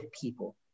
people